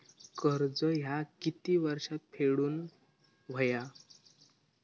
कर्ज ह्या किती वर्षात फेडून हव्या?